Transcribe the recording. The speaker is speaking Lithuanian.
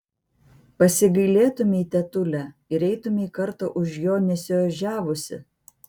pasigailėtumei tetule ir eitumei kartą už jo nesiožiavusi